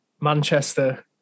Manchester